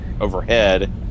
overhead